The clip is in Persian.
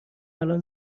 الان